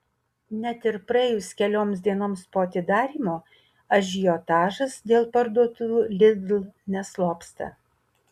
net ir praėjus kelioms dienoms po atidarymo ažiotažas dėl parduotuvių lidl neslopsta